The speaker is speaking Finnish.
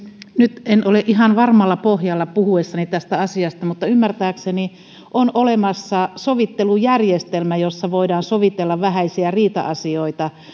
nyt en ole ihan varmalla pohjalla puhuessani tästä asiasta mutta ymmärtääkseni on olemassa sovittelujärjestelmä jossa voidaan sovitella vähäisiä riita asioita